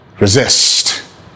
Resist